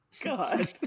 god